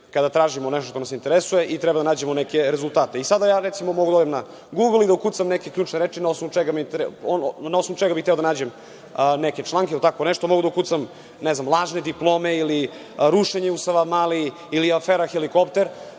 kada tražimo nešto što nas interesuje i treba da nađemo neke rezultate. Sada ja, recimo, mogu da odem na „Gugl“ i da ukucam neke ključne reči na osnovu čega bih hteo da nađem neke članke ili tako nešto, mogu da ukucam „lažne diplome“ ili „rušenje u Savamali“ ili „afera helikopter“,